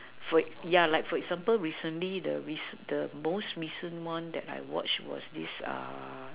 for act yeah like for example recently the the most recent one that I watch was this